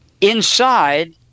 inside